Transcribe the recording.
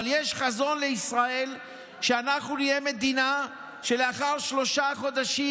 אבל יש חזון לישראל שאנחנו נהיה מדינה שלאחר שלושה חודשים,